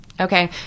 Okay